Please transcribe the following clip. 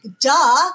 Duh